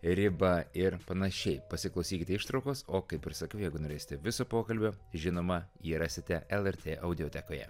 ribą ir panašiai pasiklausykite ištraukos o kaip ir sakau jeigu norėsite viso pokalbio žinoma jį rasite lrt audiotekoje